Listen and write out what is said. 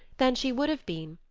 than she would have been,